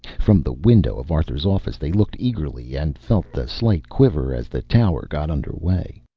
from the window of arthur's office they looked eagerly, and felt the slight quiver as the tower got under way.